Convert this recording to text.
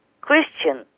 Christian